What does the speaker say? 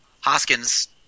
Hoskins